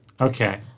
Okay